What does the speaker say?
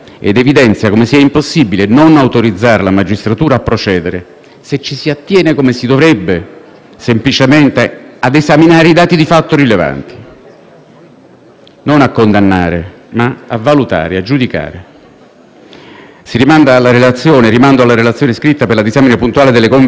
si dovrebbe, ad esaminare i dati di fatto rilevanti: non a condannare, ma a valutare e a giudicare. Rimando alla relazione scritta per la disamina puntuale delle convenzioni che regolano i soccorsi in mare ricordando che l'obbligo di salvare vite umane in mare è un preciso dovere che grava su tutti gli Stati.